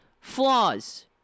flaws